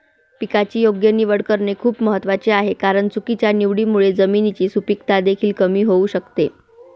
पिकाची योग्य निवड करणे खूप महत्वाचे आहे कारण चुकीच्या निवडीमुळे जमिनीची सुपीकता देखील कमी होऊ शकते